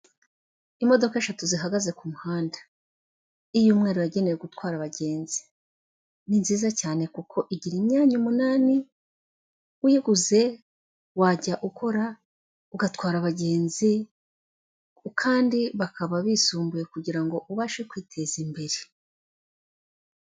Imodoka eshatu zihagaze ku muhanda, iy'umweru yagenewe gutwara abagenzi, ni nziza cyane kuko igira imyanya umunani, uyiguze wajya ukora ugatwara abagenzi, kandi bakaba bisumbuye kugira ngo ubashe kwiteza imbere.